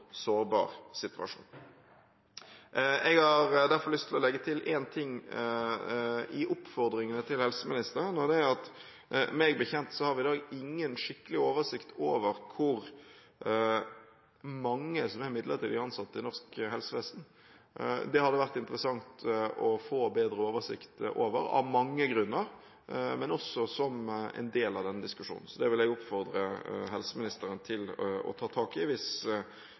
sårbar situasjon. Jeg har derfor lyst til å legge til en ting i oppfordringene til helseministeren, og det er at meg bekjent har vi i dag ingen skikkelig oversikt over hvor mange som er midlertidig ansatt i norsk helsevesen. Det hadde det vært interessant å få bedre oversikt over, av mange grunner, men også som en del av denne diskusjonen. Så det vil jeg oppfordre helseministeren til å ta tak i, hvis